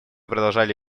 продолжали